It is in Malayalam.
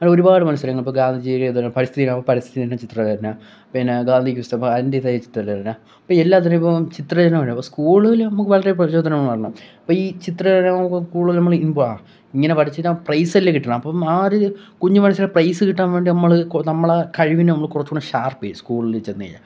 അങ്ങനെ ഒരുപാട് മത്സരങ്ങൾ ഇപ്പോൾ ഗാന്ധിജിയുടെ അതുതന്നെ പരിസ്ഥിതി പരിസ്ഥിതി ദിന ചിത്രരചന പിന്നെ ഗാന്ധി ക്വിസ് സഭ അതിൻ്റെ ചിത്രരചന അപ്പോൾ എല്ലാത്തിനും ഇപ്പോൾ ചിത്ര രചനയുണ്ട് അപ്പോൾ സ്കൂളിൽ നമുക്ക് വളരെ പ്രചോദനമാണ് ഇപ്പോൾ ഈ ചിത്രരചന നമുക്ക് കൂടുതൽ നമ്മൾ ഇമ്പാ ഇങ്ങനെ വരച്ചാൽ പ്രൈസല്ലെ കിട്ടുന്നത് അപ്പം ആ ഒരു ഇത് കുഞ്ഞ് മനസിനെ പ്രൈസ് കിട്ടാൻ വേണ്ടി നമ്മൾ നമ്മൾ ആ കഴിവിനെ നമ്മൾ കുറച്ചു കൂടെ ഷാർപ്പ് ചെയ്യും സ്ക്കൂളിൽ ചെന്നു